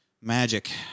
magic